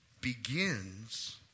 begins